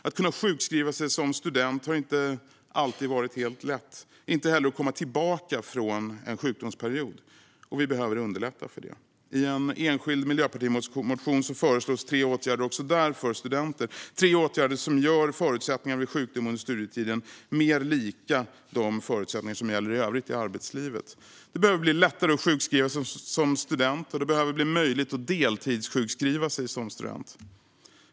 Att kunna sjukskriva sig som student har inte varit helt lätt, inte heller att komma tillbaka från en sjukdomsperiod. Vi behöver underlätta detta. I en enskild miljöpartimotion föreslås tre åtgärder för studenter - tre åtgärder som gör förutsättningarna vid sjukdom under studietiden mer lika de förutsättningar som gäller i övrigt i arbetlivet: Det behöver bli lättare att sjukskriva sig som student, och det behöver bli möjligt att deltidssjukskriva sig som student.